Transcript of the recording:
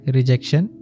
Rejection